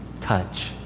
touch